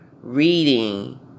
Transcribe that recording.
reading